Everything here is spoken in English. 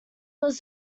was